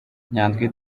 nyandwi